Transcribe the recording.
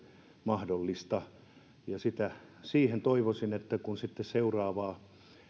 mahdollista siihen toivoisin että kun sitten seuraavaa